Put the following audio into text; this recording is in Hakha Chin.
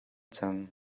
cang